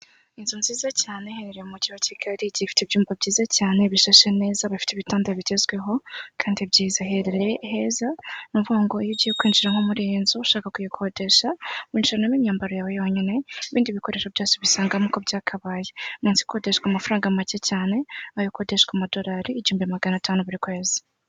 Inzu nziza cyane iherereye mu mujyi wa kigali, igiye ifite ibyumba byiza cyane bishashe neza bafite ibitanda bigezweho kandi byiza, iherereye heza, ni ukuvuga ngo iyo ugiye kwinjira muri iyo nzu ushaka kuyikodesha ujyanamo imyambaro yawe yonyine, ibindi bikoresho byose ubisangamo uko byakabaye, ni inzu ikodeshwa amafaranga make cyane aho ikodeshwa amadolari igihumbi na magana atanu buri kwezi.